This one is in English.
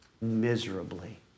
miserably